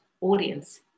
audience